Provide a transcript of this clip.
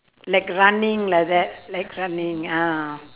like running like that like running ah